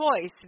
choice